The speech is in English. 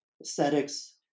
aesthetics